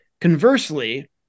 Conversely